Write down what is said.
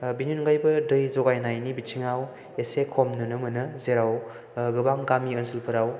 बेनि अनगायैबो दै जगायनायनि बिथिङाव एसे खम नुनो मोनो जेराव गोबां गामि ओनसोलफोराव